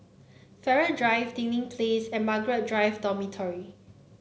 Farrer Drive Dinding Place and Margaret Drive Dormitory